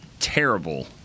Terrible